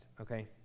okay